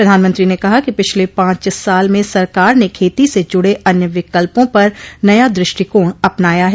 प्रधानमंत्री ने कहा कि पिछले पांच साल में सरकार ने खेती से जुड़े अन्य विकल्पों पर नया दृष्टिकोण अपनाया है